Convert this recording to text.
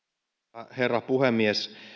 arvoisa herra puhemies